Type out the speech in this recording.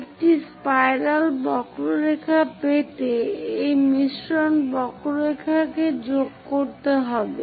একটি স্পাইরাল বক্ররেখা পেতে এই মসৃণ বক্ররেখা কে যোগ করতে হবে